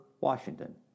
Washington